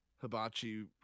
Hibachi